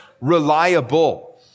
reliable